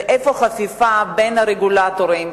ואיפה החפיפה בין הרגולטורים,